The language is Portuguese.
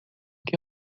que